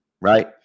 right